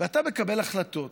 ואתה מקבל החלטות